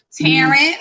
Terrence